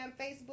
Facebook